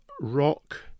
rock